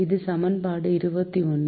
இது சமன்பாடு 21